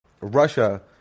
Russia